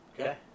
Okay